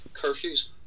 curfews